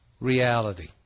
reality